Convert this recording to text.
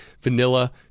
vanilla